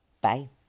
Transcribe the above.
Bye